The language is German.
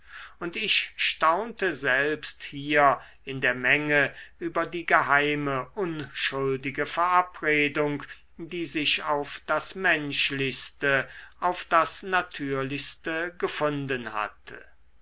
und ich staunte selbst hier in der menge über die geheime unschuldige verabredung die sich auf das menschlichste auf das natürlichste gefunden hatte